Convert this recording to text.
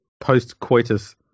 post-coitus